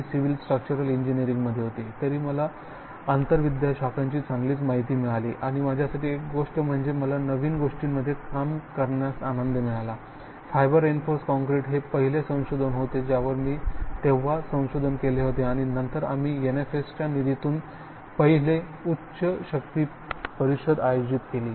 ही civil structural engineering मध्ये होती तरी मला आंतरविद्याशाखांची चांगली माहिती मिळाली आणि माझ्यासाठी एक गोष्ट म्हणजे मला नवीन गोष्टींमध्ये काम करण्यास आनंद मिळाला फायबर रिइन्फोर्स कॉंक्रिट हे पहिले संशोधन होते ज्यावर मी तेव्हा संशोधन केले होते आणि नंतर आम्ही NSF च्या निधीतून पहिली उच्च शक्ती परिषद आयोजित केली